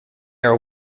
are